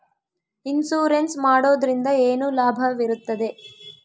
Insurance ಮಾಡೋದ್ರಿಂದ ಏನು ಲಾಭವಿರುತ್ತದೆ?